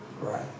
Right